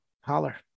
holler